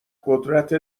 قدرت